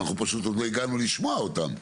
אנחנו פשוט עוד לא הגענו לשמוע את זה,